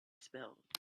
spilled